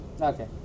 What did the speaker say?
Okay